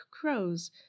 crows